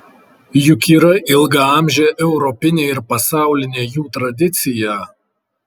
juk yra ilgaamžė europinė ir pasaulinė jų tradicija